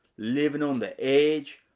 living on the edge.